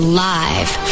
live